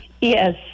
Yes